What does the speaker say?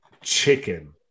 chicken